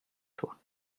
toi